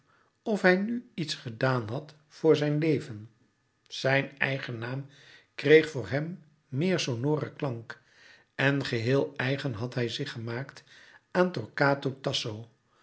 of hij nu iets gedaan had voor zijn leven zijn eigen naam kreeg voor hem meer sonoren klank en geheel eigen had hij zich gemaakt aan